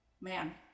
man